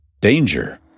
danger